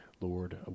Lord